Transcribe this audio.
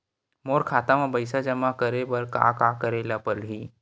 मोर खाता म पईसा जमा करे बर का का करे ल पड़हि?